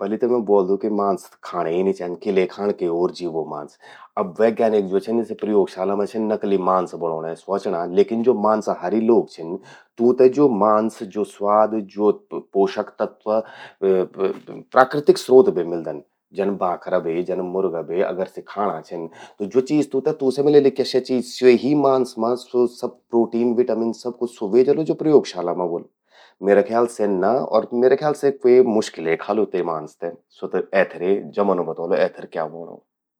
पलि त मैं ब्वोल्द कि मांस खाणे नि चेंद, किले खाण के ओर जीवो मांस? अब वैज्ञानिक ज्वो छिन सि प्रयोगशाला मां छिन नकली मंस बणौंणे स्वोचणां लेकिन, ज्वो मांसाहारी लोग छिन, तूंते ज्वो मांस, ज्वो स्वाद, ज्वो पोषक तत्व प्राकृतिक स्रोत बे मिल्दन। जन बाखरा बे, जन मुर्गा बे अगर सि खाणां छिन। त ज्वो चीज तूंते तूंसे मिलेलि क्या स्या चीज स्वो ही मांस मां स्वो सब प्रोटीन, विटामिन सब कुछ स्वो ह्वे जलु ज्वो प्रयोगशाला मां ह्वोलु? म्येरा ख्याल से ना अर म्येरा ख्याल से क्वे मुश्किले खालु ते मांस ते। स्वो त ऐथरे जमनु बतौलु कि एथर क्या ह्वोंणु।